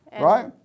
right